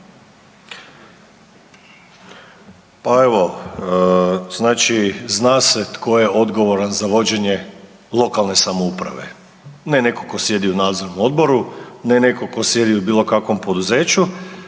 Pa evo, znači zna se tko je odgovoran za vođenje lokalne samouprave, ne netko tko sjedi u nadzornom odboru, ne netko tko sjedi u bilo kakvom poduzeću,